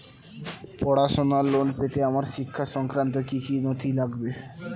পড়াশুনোর লোন পেতে আমার শিক্ষা সংক্রান্ত কি কি নথি লাগবে?